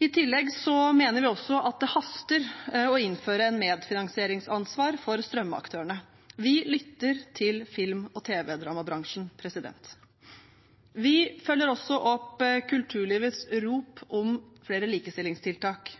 I tillegg mener vi at det haster med å innføre et medfinansieringsansvar for strømmeaktørene. Vi lytter til film- og tv-dramabransjen. Vi følger også opp kulturlivets rop om flere likestillingstiltak.